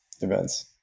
events